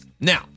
Now